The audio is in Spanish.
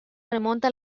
remonta